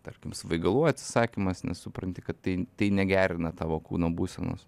tarkim svaigalų atsisakymas nes supranti kad tai negerina tavo kūno būsenos